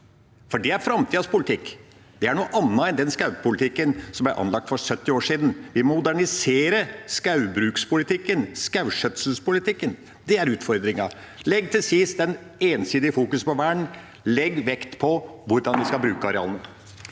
Det er framtidas politikk, det er noe annet enn den skogpolitikken som ble anlagt for 70 år siden. Vi må modernisere skogbrukspolitikken, skogskjøtselspolitikken. Det er utfordringen. Legg til side det ensidige fokuset på vern, legg vekt på hvordan vi skal bruke arealene.